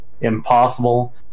impossible